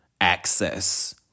access